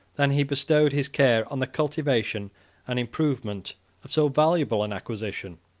than he bestowed his care on the cultivation and improvement of so valuable an acquisition.